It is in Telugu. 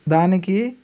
దానికి